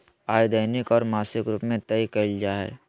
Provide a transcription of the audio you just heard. आय दैनिक और मासिक रूप में तय कइल जा हइ